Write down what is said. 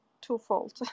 twofold